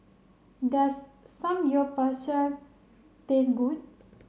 does Samgeyopsal taste good